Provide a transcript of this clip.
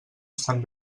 estan